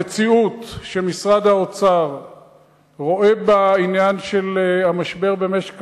המציאות שמשרד האוצר רואה במשבר במשק